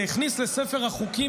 שהכניס לספר החוקים,